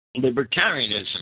Libertarianism